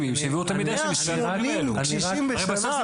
שמאפשר להעביר את מקורות המידע האלה.